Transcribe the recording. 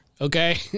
okay